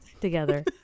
together